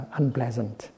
unpleasant